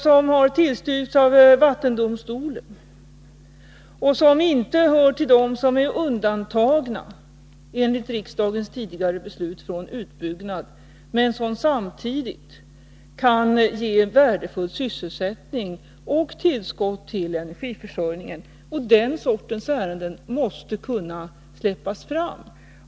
De har tillstyrkts av vattendomstolen, de gäller inte vattendrag som är undantagna från utbyggnad enligt riksdagens tidigare beslut och de avser projekt som kan ge värdefull sysselsättning och tillskott till energiförsörjningen. Den sortens ärenden måste kunna släppas fram.